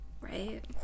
Right